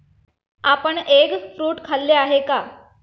आपण egg fruit खाल्ले आहे का?